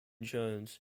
jones